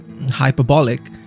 hyperbolic